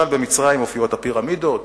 למשל במצרים מופיעות הפירמידות,